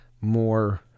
more